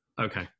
Okay